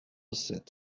sept